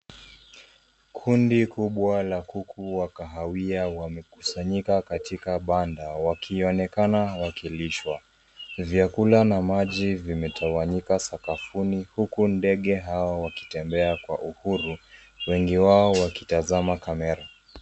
Kundi kubwa la kuku wa kahawia wamekusanyika katika banda wakionekana wakilishwa. Vyakula na maji vimetawanyika sakafuni huku ndege hawa wakitembea kwa uhuru, wengi wao wakitazama kamara.